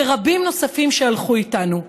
ורבים נוספים שהלכו איתנו.